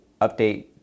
update